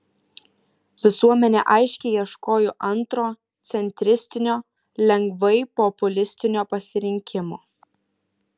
visuomenė aiškiai ieškojo antro centristinio lengvai populistinio pasirinkimo